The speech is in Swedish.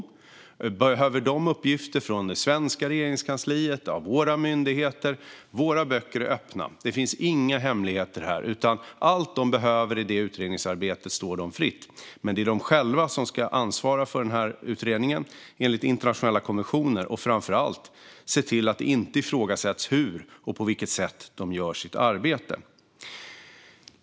Om de behöver uppgifter från det svenska Regeringskansliet eller våra myndigheter är våra böcker öppna. Det finns inga hemligheter här. Utan allt de behöver i sitt utredningsarbete står dem fritt att använda. Men det är de själva som ska ansvara för utredningen enligt internationella konventioner. Framför allt ska de se till att det inte ifrågasätts hur och på vilket sätt de gör sitt arbete.